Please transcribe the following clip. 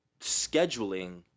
scheduling